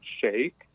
shake